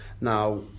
now